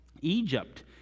Egypt